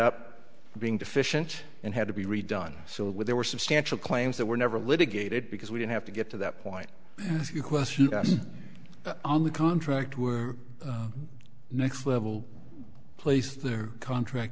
up being deficient and had to be redone so they were substantial claims that were never litigated because we didn't have to get to that point as your question on the contract were next level place their contract